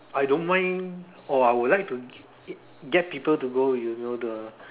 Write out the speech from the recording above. I don't mind or I would like to get people to go you know the